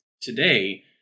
Today